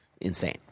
insane